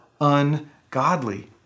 ungodly